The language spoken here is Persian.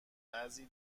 بعضی